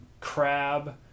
crab